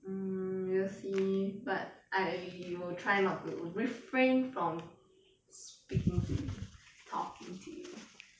mm we'll see but I will try not to refrain from speaking to you talking to you